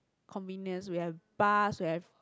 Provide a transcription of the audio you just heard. convenience we have bus we have